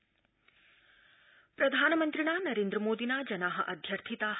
प्रधानमन्त्री परामर्श प्रधानमन्त्रिणा नरेन्द्रमोदिना जना अध्यर्थिता